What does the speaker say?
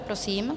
Prosím.